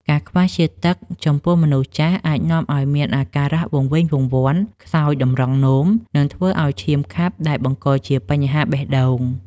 ការខ្វះជាតិទឹកចំពោះមនុស្សចាស់អាចនាំឱ្យមានអាការៈវង្វេងវង្វាន់ ខ្សោយតម្រងនោម និងធ្វើឱ្យឈាមខាប់ដែលបង្កជាបញ្ហាបេះដូង។